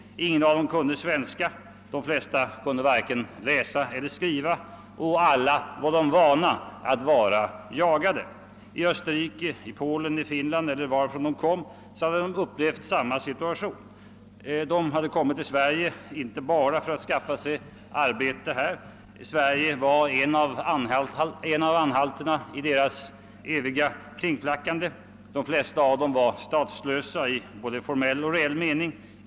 Ingen av dem kunde svenska. De flesta kunde varken läsa eller skriva, och alla var vana vid att vara jagade — i Österrike, Polen, Finland eller varifrån de nu kom hade de upplevt samma situation. De hade kommit till Sverige inte bara för att skaffa sig arbete här; Sverige var en av anhalterna i deras eviga kringflackande. De flesta av dem var statslösa i både formell och reell mening.